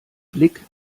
blick